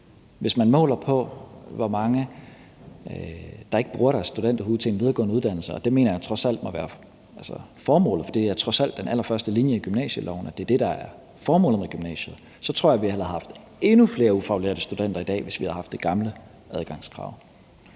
Hvis man måler på, hvor mange der ikke bruger deres studenterhue til en videregående uddannelse – og det mener jeg trods alt må være formålet, for det er trods alt den allerførste linje i gymnasieloven, at det er det, der er formålet med gymnasiet – så tror jeg, vi ville have haft endnu flere ufaglærte studenter i dag, hvis vi havde haft det gamle adgangskrav.